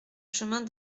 chemin